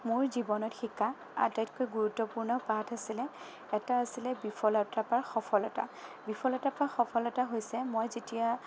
মোৰ জীৱনত শিকা আটাইতকৈ গুৰুত্বপূৰ্ণ পাঠ আছিলে এটা আছিলে বিফলতাৰ পৰা সফলতা বিফলতাৰ পৰা সফলতা হৈছে মই যেতিয়া